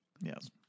Yes